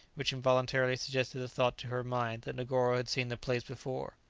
which involuntarily suggested the thought to her mind that negoro had seen the place before.